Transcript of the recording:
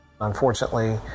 unfortunately